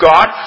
God